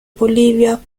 bolivia